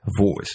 voice